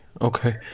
Okay